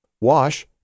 Wash